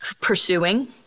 pursuing